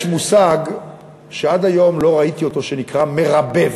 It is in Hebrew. יש מושג שעד היום לא ראיתי אותו שנקרא "מרבב".